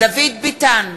דוד ביטן,